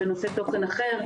בנושא תוכן אחר,